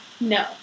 No